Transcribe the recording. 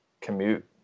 commute